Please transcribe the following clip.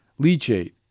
Leachate